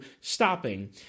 stopping